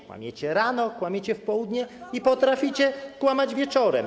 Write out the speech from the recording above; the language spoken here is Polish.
Kłamiecie rano, kłamiecie w południe i potraficie kłamać wieczorem.